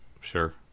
sure